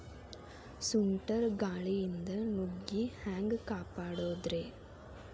ಸುಂಟರ್ ಗಾಳಿಯಿಂದ ನುಗ್ಗಿ ಹ್ಯಾಂಗ ಕಾಪಡೊದ್ರೇ?